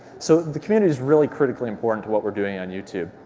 so the community's really critically important to what we're doing on youtube.